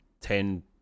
ten